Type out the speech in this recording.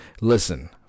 Listen